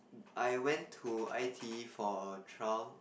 I went to I_T_E for a trial